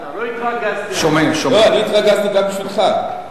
לא התרגזתי, לא, אני התרגזתי גם בשבילך.